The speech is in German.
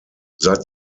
seit